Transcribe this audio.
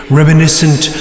reminiscent